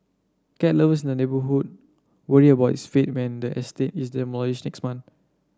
cat lovers in the neighbourhood worry about its fate when the estate is demolished next month